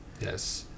Yes